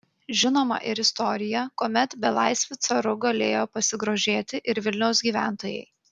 žinoma ir istorija kuomet belaisviu caru galėjo pasigrožėti ir vilniaus gyventojai